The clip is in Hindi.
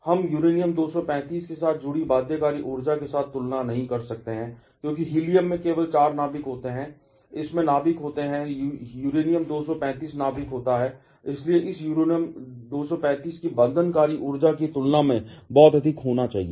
हम यूरेनियम 235 के साथ जुड़ी बाध्यकारी ऊर्जा के साथ तुलना नहीं कर सकते हैं क्योंकि हीलियम में केवल 4 नाभिक होते हैं इसमें नाभिक होता है यूरेनियम 235 नाभिक होता है और इसलिए उस युरेनियम 235 की बंधनकारी ऊर्जा की तुलना में बहुत अधिक होना चाहिए